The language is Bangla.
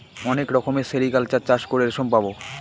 অনেক রকমের সেরিকালচার চাষ করে রেশম পাবো